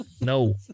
No